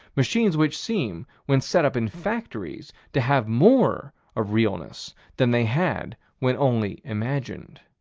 machines which seem, when set up in factories, to have more of realness than they had when only imagined.